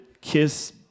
kiss